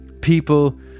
People